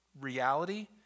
reality